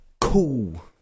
Cool